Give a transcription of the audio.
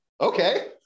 Okay